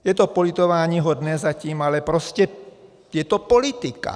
Je to politováníhodné zatím, ale prostě je to politika.